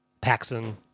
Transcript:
Paxson